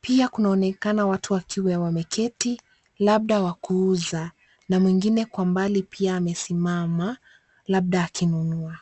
Pia kunaonekana watu wakiwa wameketi labda wa kuuza na mwingine kwa mbali pia amesimama labda akinunua.